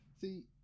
See